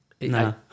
No